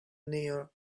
near